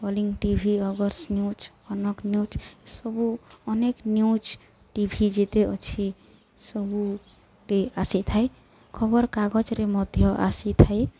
Kalinga TV ଅଗର୍ସ news Kanak news ସବୁ ଅନେକ ନ୍ୟୁଜ୍ ଟିଭି ଯେତେ ଅଛି ସବୁଟି ଆସିଥାଏ ଖବରକାଗଜରେ ମଧ୍ୟ ଆସିଥାଏ